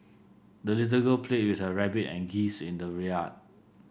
the little girl played with her rabbit and geese in the yard